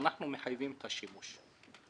שאנחנו מחייבים את השימוש,